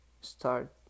start